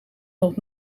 nog